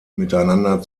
miteinander